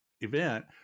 event